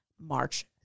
March